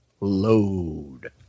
Load